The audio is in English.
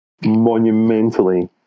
monumentally